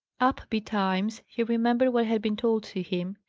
up betimes, he remembered what had been told to him,